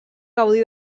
gaudí